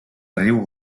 riu